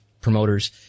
promoters